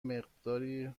مقداری